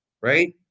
right